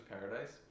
Paradise